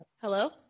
Hello